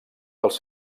dels